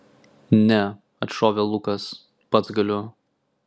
ne atšovė lukas pats galiu